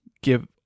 give